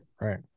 right